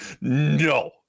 no